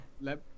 Let